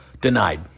denied